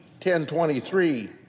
1023